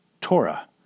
Torah